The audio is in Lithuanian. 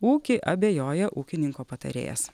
ūkį abejoja ūkininko patarėjas